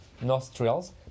nostrils